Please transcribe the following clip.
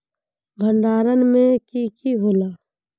भण्डारण में की की होला?